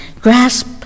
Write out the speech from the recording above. grasp